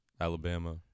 Alabama